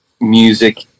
music